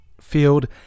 field